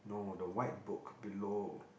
no the white book below